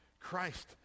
Christ